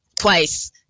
twice